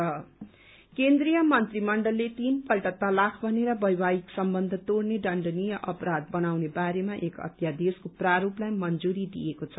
तीन तलाक केन्द्रीय मन्त्रीमण्डलले तीन पल्ट तलाक भनेर वैवाहिक सम्बन्ध तोड्ने दण्डनीय अपराध बनाउने बारेमा एक अध्यादेशको प्रारूपलाई मंजूरी दिएको छ